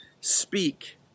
speak